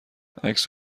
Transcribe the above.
عکس